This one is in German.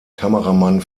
kameramann